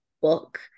book